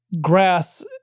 grass